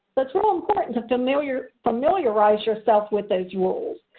but so important to familiarize familiarize yourself with those rules.